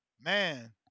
man